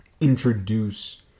introduce